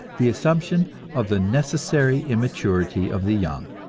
the assumption of the necessary immaturity of the young.